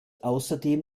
außerdem